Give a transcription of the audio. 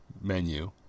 menu